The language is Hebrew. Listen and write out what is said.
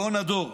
גאון הדור,